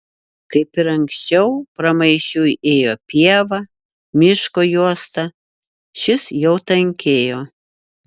kaip ir anksčiau pramaišiui ėjo pieva miško juosta šis jau tankėjo